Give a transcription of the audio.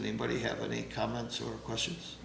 anybody have any comments or questions